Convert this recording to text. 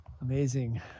amazing